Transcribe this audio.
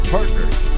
Partners